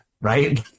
right